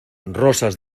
rosas